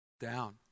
Down